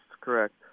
correct